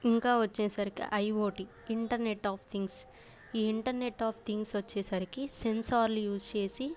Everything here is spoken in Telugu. ఇంకా వచ్చేసరికి ఐఓటీ ఇంటర్నెట్ ఆఫ్ థింగ్స్ ఈ ఇంటర్నెట్ ఆఫ్ థింగ్స్ వచ్చేసరికి సెన్సార్లు యూస్ చేసి